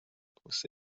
کوس